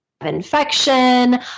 infection